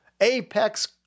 Apex